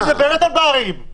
היא מדברת על ברים.